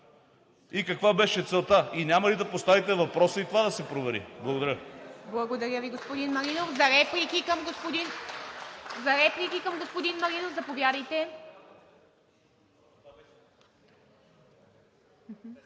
и каква беше целта. Няма ли да поставите въпроса и това да се провери?